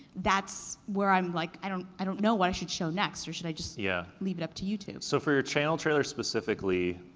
that's where i'm, like i don't i don't know what i should show next, or should i yeah leave it up to youtube? so for your channel trailer specifically,